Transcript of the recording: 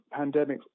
pandemics